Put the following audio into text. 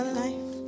life